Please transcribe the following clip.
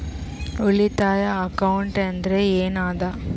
ಉಳಿತಾಯ ಅಕೌಂಟ್ ಅಂದ್ರೆ ಏನ್ ಅದ?